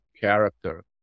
character